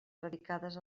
radicades